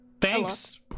Thanks